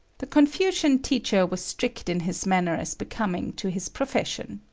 the confucian teacher was strict in his manner as becoming to his profession.